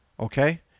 okay